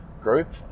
group